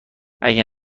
اگه